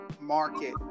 market